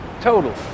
total